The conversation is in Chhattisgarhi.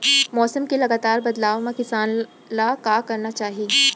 मौसम के लगातार बदलाव मा किसान ला का करना चाही?